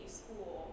school